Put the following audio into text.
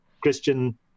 Christian